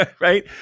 Right